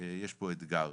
יש פה אתגר.